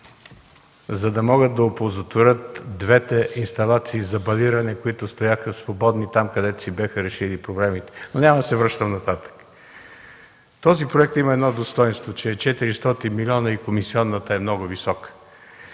за да могат да оползотворят двете инсталации за балиране, които стояха свободни там, където си бяха решили проблемите. Но няма да се връщам нататък. Този проект има едно достойнство – че е 400 милиона и комисионата е много висока.